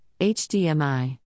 HDMI